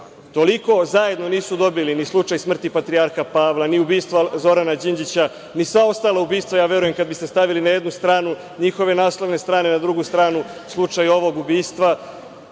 Toliko zajedno nisu dobili zajedno ni slučaj smrti Patrijarha Pavla, ni ubistvo Zorana Đinđiča, ni sva ostala ubistva, ja verujem kada biste stavili na jednu stranu njihove naslovne strane, a na drugu stranu slučaj ovog ubistva,